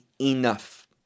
enough